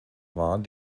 waren